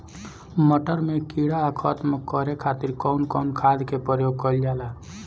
मटर में कीड़ा खत्म करे खातीर कउन कउन खाद के प्रयोग कईल जाला?